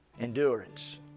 Endurance